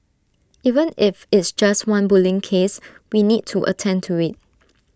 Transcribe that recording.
even if it's just one bullying case we need to attend to IT